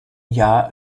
jahr